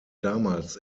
damals